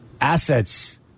assets